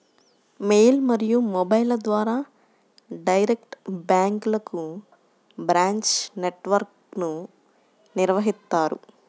mail మరియు మొబైల్ల ద్వారా డైరెక్ట్ బ్యాంక్లకు బ్రాంచ్ నెట్ వర్క్ను నిర్వహిత్తారు